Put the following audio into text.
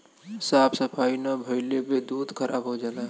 साफ सफाई ना भइले पे दूध खराब हो जाला